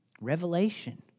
revelation